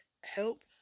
help